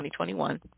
2021